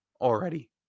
already